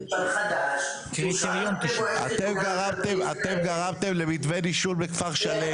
היום מתווה --- חדש --- אתם גרמתם למתווה נישול בכפר שלם.